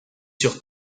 sur